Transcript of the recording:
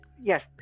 yes